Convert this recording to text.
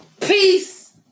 Peace